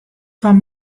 fan